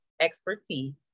expertise